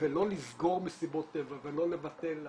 ולא לסגור מסיבות טבע ולא לבטל.